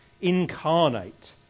incarnate